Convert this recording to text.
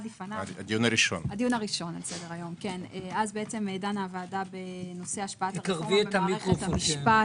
על סדר-היום, אז דנה הוועדה בנושא מערכת המשפט.